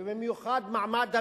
ובמיוחד מעמד הביניים,